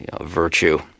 virtue